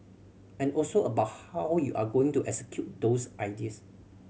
and also about how you're going to execute those ideas